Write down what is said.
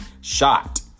shot